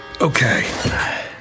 Okay